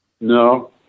no